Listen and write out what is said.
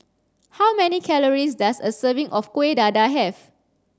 how many calories does a serving of Kueh Dadar have